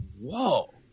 whoa